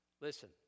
Listen